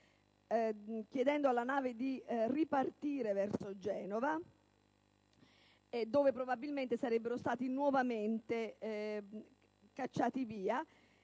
chiedendo alla nave di ripartire verso Genova, dove probabilmente sarebbero stati nuovamente cacciati via